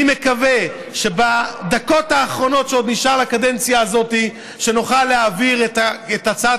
אני מקווה שבדקות האחרונות שעוד נשארו לקדנציה הזאת נוכל להעביר את הצעת